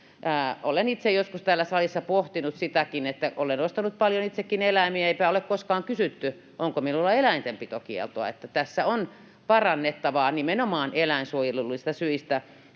Olen itse joskus täällä salissa pohtinut sitäkin, että olen ostanut paljon itsekin eläimiä, mutta eipä ole koskaan kysytty, onko minulla eläintenpitokieltoa. Tässä on parannettavaa nimenomaan eläinsuojelullisista syistä.